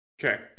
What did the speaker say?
Okay